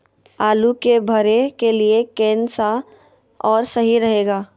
आलू के भरे के लिए केन सा और सही रहेगा?